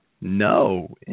No